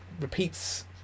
repeats